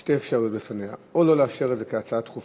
שתי אפשרויות היו בפניה: או לא לאשר את זה כהצעה דחופה,